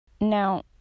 Now